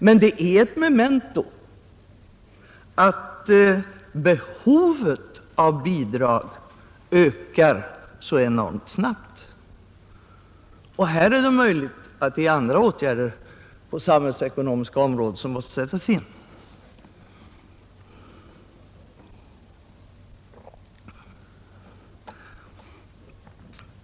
Men det är ett memento att behovet av bidrag ökar så enormt snabbt. Här är det möjligt att andra åtgärder på det samhällsekonomiska området måste sättas in.